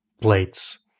plates